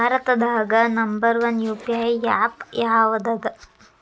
ಭಾರತದಾಗ number one UPI app ಯಾವದದ